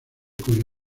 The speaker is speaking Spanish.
cuyo